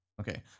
Okay